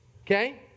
Okay